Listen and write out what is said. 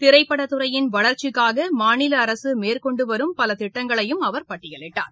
திரைப்படத் துறையின் வளர்ச்சிக்காக மாநில அரசு மேற்கொண்டு வரும் பலத்திட்டங்களையும் அவர் பட்டியலிட்டார்